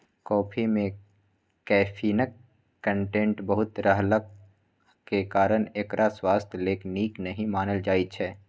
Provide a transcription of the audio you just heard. coffee मे कैफीनक content बहुत रहलाक कारणेँ एकरा स्वास्थ्य लेल नीक नहि मानल जाइ छै